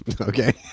Okay